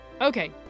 Okay